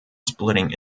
splitting